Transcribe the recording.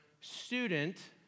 student